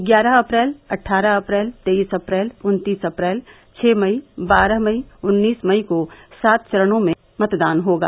ग्यारह अप्रैल अट्ठारह अप्रैल तेईस अप्रैल उन्नीस अप्रैल छः मई बारह मई एवं उन्नीस मई को सात चरणों में मतदान होगा